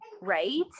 right